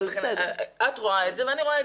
את רואה את זה ואני רואה את זה.